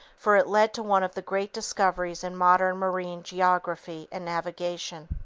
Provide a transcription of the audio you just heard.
for it led to one of the great discoveries in modern marine geography and navigation.